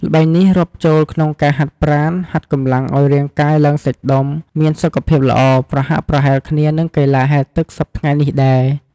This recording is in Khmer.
ល្បែងនេះ រាប់ចូលក្នុងការហាត់ប្រាណ ហាត់កម្លាំងឲ្យរាងកាយឡើងសាច់ដុំមានសុខភាពល្អ ប្រហាក់ប្រហែលគ្នានឹងកីឡាហែលទឹកសព្វថ្ងៃនេះដែរ។